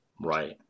Right